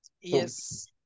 Yes